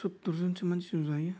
सुत्तुर जनसो मानसि ज'जायो